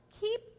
Keep